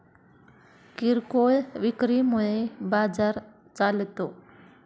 किरकोळ विक्री मुळे बाजार चालतो